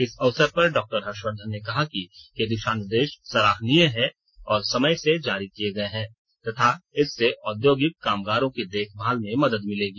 इस अवसर पर डॉक्टर हर्षवर्धन ने कहा कि ये दिशा निर्देश सराहनीय हैं और समय से जारी किये गये हैं तथा इससे औद्योगिक कामगारों की देखभाल में मदद मिलेगी